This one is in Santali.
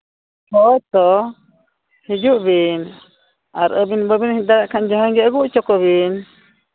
ᱦᱳᱭ ᱛᱚ ᱦᱤᱡᱩᱜ ᱵᱤᱱ ᱟᱹᱵᱤᱱ ᱵᱟᱹᱵᱤᱱ ᱦᱮᱡ ᱫᱟᱲᱮᱭᱟᱜ ᱠᱷᱟᱱ ᱡᱟᱦᱟᱸᱭ ᱜᱮ ᱟᱹᱜᱩ ᱦᱚᱪᱚ ᱠᱚᱵᱤᱱ